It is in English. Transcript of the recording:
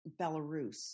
Belarus